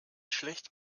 schlecht